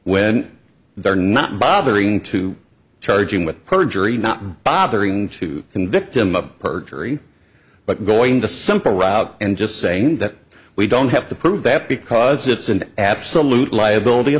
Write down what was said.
when they're not bothering to charge him with perjury not bothering to convict him of perjury but going to simple route and just saying that we don't have to prove that because it's an absolute liability